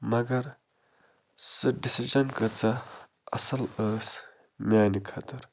مگر سُہ ڈِسیٖجَن کۭژاہ اَصٕل ٲس میٛانہِ خٲطٕر